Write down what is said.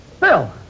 Bill